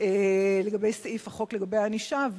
לגבי סעיף הענישה,